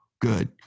Good